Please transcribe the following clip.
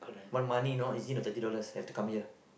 want money no it is the thirty dollars have to come here